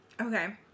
Okay